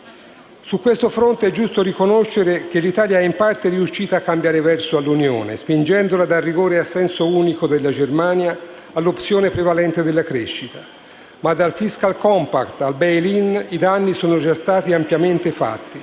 Su questo fronte è giusto riconoscere che l'Italia è in parte riuscita a cambiare verso all'Unione, spingendola dal rigore a senso unico della Germania all'opzione prevalente della crescita. Ma dal *fiscal compact* al *bail in*, i danni sono già stati ampiamente fatti.